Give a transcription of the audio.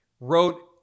wrote